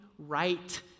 right